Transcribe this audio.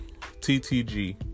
TTG